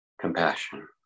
compassion